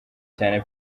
cyane